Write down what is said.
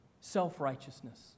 Self-righteousness